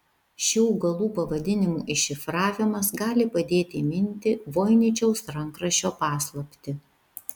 šių augalų pavadinimų iššifravimas gali padėti įminti voiničiaus rankraščio paslaptį